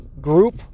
group